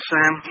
Sam